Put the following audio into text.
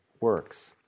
works